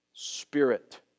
Spirit